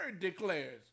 declares